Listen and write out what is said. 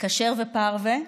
כשר ופרווה.